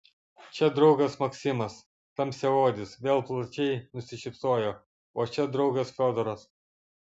čia draugas maksimas tamsiaodis vėl plačiai nusišypsojo o čia draugas fiodoras